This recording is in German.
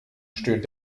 stöhnt